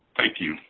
thank you.